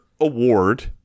award